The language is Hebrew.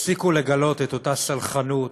יפסיקו לגלות את אותה סלחנות,